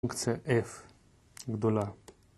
פונקציה F, גדולה